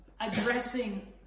addressing